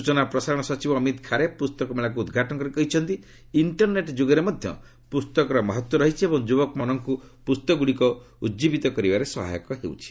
ସ୍ବଚନା ଓ ପ୍ରସାରଣ ସଚିବ ଅମିତ୍ ଖାରେ ପ୍ରସ୍ତକମେଳାକୃ ଉଦ୍ଘାଟନ କରି କହିଛନ୍ତି ଇଣ୍ଟର୍ନେଟ୍ ଯୁଗରେ ମଧ୍ୟ ପୁସ୍ତକର ମହତ୍ତ୍ୱ ରହିଛି ଏବଂ ଯୁବକମାନଙ୍କ ମନକୁ ପୁସ୍ତକଗୁଡ଼ିକ ଉଜ୍ଜୀବିତ କରିବାରେ ସହାୟକ ହେଉଛି